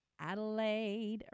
Adelaide